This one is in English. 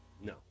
no